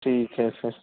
ٹھیک ہے سر